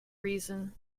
reason